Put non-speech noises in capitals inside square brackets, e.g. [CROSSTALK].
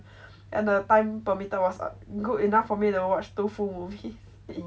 and the time permitted was good enough for me to watch two full movie [LAUGHS]